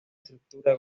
estructura